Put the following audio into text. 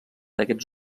aquests